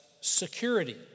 security